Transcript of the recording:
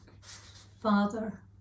Father